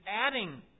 adding